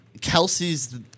Kelsey's